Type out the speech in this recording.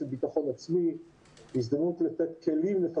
התכניות החדשות וליישם אותן ככל שניתן,